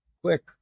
quick